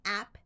app